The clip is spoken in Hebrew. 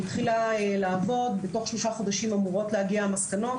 היא התחילה לעבוד ובתוך שלושה חודשים אמורות להגיע המסקנות,